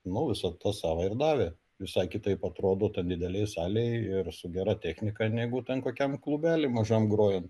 nu visa tas savo ir davė visai kitaip atrodo didelėj salėj ir su gera technika negu ten kokiam klubely mažam grojant